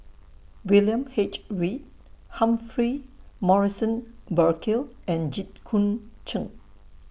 William H Read Humphrey Morrison Burkill and Jit Koon Ch'ng